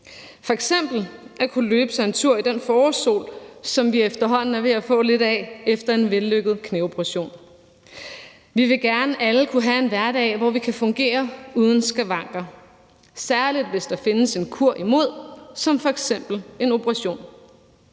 at kunne løbe sig en tur i den forårssol, som vi efterhånden er ved at få lidt af, efter en vellykket knæoperation. Vi vil gerne alle kunne have en hverdag, hvor vi kan fungere uden skavanker, særlig hvis der findes en kur imod problemet, f.eks. en operation.